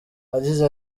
yagize